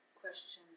Questions